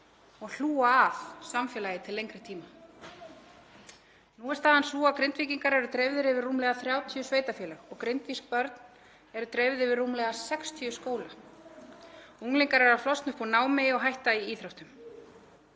og hlúa að samfélagi til lengri tíma. Nú er staðan sú að Grindvíkingar eru dreifðir yfir rúmlega 30 sveitarfélög og grindvísk börn eru dreifð yfir rúmlega 60 skóla. Unglingar eru að flosna upp úr námi og hætta í íþróttum.